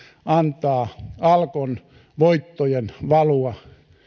antaa alkon voittojen valua